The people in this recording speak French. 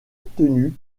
obtenu